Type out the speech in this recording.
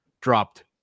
dropped